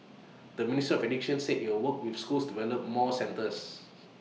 the ministry of education said IT will work with schools to develop more centres